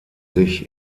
sich